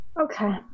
Okay